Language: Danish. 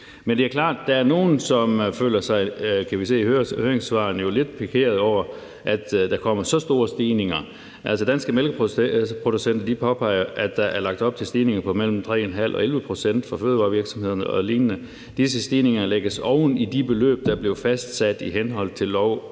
– det kan vi se i høringssvarene – lidt pikeret over, at der kommer så store stigninger. Danske Mælkeproducenter påpeger, at der er lagt op til stigningen på mellem 3,5 pct. og 11 pct. for fødevarevirksomhederne og lignende og skriver videre: »Disse stigninger lægges oven i de beløb, der blev fastsat i henhold til Lov